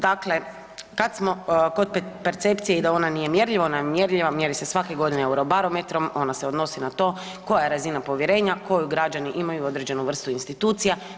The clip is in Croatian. Dakle, kad smo kod percepcije i da ona nije mjerljiva, mjeri se svake godine eurobarometrom, ona se odnosi na to koja je razina povjerenja koju građani imaju u određenu vrstu institucija.